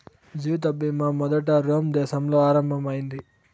జీవిత బీమా మొదట రోమ్ దేశంలో ఆరంభం అయింది